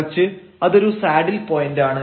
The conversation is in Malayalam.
മറിച്ച് അതൊരു സാഡിൽ പോയന്റാണ്